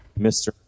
Mr